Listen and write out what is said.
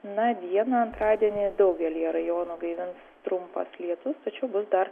na dieną antradienį daugelyje rajonų gaivins trumpas lietus tačiau bus dar